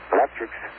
Electrics